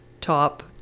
top